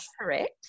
correct